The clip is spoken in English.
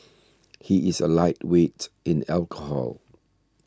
he is a lightweight in alcohol